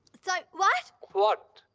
so what? what?